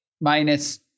minus